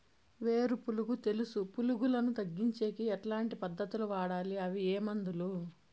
వేరు పులుగు తెలుసు పులుగులను తగ్గించేకి ఎట్లాంటి పద్ధతులు వాడాలి? అవి ఏ మందులు?